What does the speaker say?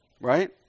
right